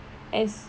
as